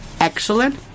Excellent